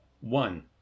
One